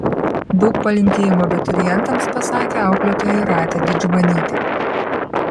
daug palinkėjimų abiturientams pasakė auklėtoja jūratė didžbanytė